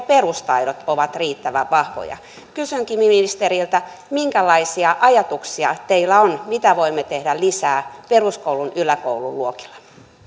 perustaidot ovat riittävän vahvoja kysynkin ministeriltä minkälaisia ajatuksia teillä on mitä voimme tehdä lisää peruskoulun yläkoululuokilla